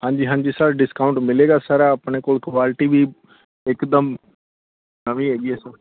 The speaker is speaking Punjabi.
ਹਾਂਜੀ ਹਾਂਜੀ ਸਰ ਡਿਸਕਾਊਂਟ ਮਿਲੇਗਾ ਸਰ ਆਪਣੇ ਕੋਲ ਕੁਆਲਿਟੀ ਵੀ ਇੱਕਦਮ ਨਵੀਂ ਹੈਗੀ ਹੈ ਸਰ